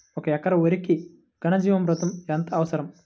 ఒక ఎకరా వరికి ఘన జీవామృతం ఎంత అవసరం?